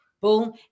Boom